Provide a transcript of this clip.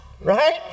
right